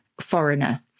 foreigner